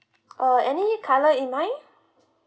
uh any colour in mind